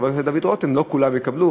חבר הכנסת דוד רותם: לא כולם יקבלו.